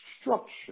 structure